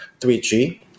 3G